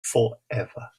forever